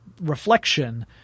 reflection